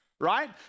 right